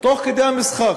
תוך כדי המשחק.